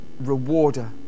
rewarder